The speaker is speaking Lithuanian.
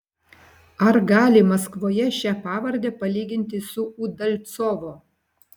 ar gali maskvoje šią pavardę palyginti su udalcovo